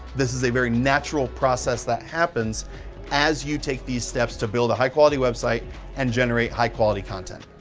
this is a very natural process that happens as you take these steps to build a high quality website and generate high quality content.